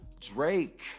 Drake